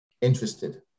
interested